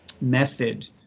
Method